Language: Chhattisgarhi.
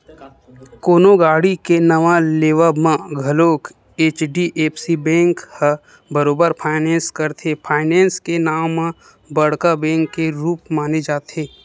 कोनो गाड़ी के नवा लेवब म घलोक एच.डी.एफ.सी बेंक ह बरोबर फायनेंस करथे, फायनेंस के नांव म बड़का बेंक के रुप माने जाथे